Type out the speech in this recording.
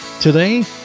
Today